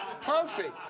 Perfect